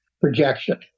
projection